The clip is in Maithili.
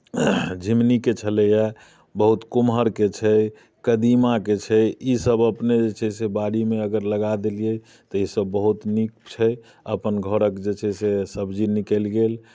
झिङ्गुनीके छलैए बहुत कुम्हरके छै कदीमाके छै ईसभ अपने जे छै से बाड़ीमे अगर लगा देलियै तऽ ईसभ बहुत नीक छै अपन घरक जे छै से सब्जी निकलि गेल